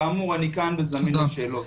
כאמור, אני כאן וזמין לשאלות.